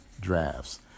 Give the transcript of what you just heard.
drafts